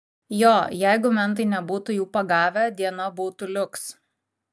jo jeigu mentai nebūtų jų pagavę diena būtų liuks